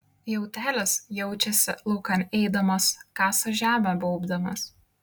jautelis jaučiasi laukan eidamas kasa žemę baubdamas